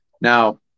Now